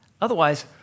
otherwise